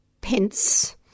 Pence